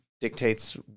dictates